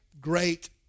great